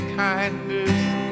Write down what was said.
kindness